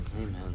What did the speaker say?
Amen